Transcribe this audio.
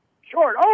Short